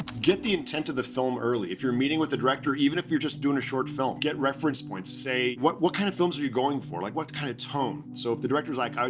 get the intent of the film early. if you're meeting with the director, even if you're just doing a short film. get reference points. say, what what kind of films are you going for? like what kind of tones so if the director is like,